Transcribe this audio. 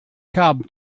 cab